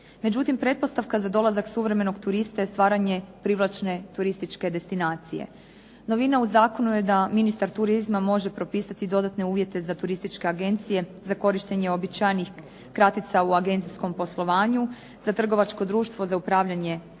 Međutim, pretpostavka za dolazak suvremenog turista je stvaranje privlačne turističke destinacije. Novina u zakonu je da ministar turizma može propisati i dodatne uvjete za turističke agencije za korištenje uobičajenih kratica u agencijskom poslovanju za trgovačko društvo za upravljanje destinacijom